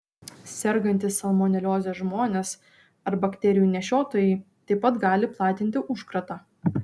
sergantys salmonelioze žmonės ar bakterijų nešiotojai taip pat gali platinti užkratą